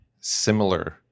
similar